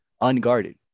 unguarded